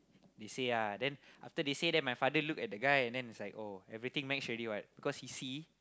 they say ah then after they say then my father look at the guy and then it's like oh everything match already what because he see